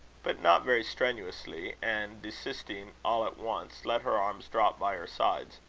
but not very strenuously, and, desisting all at once, let her arms drop by her sides.